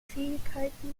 fähigkeiten